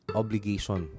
obligation